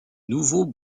nouveau